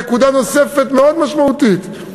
נקודה נוספת מאוד משמעותית,